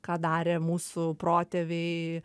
ką darė mūsų protėviai